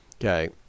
Okay